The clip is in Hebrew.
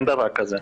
אין דבר כזה.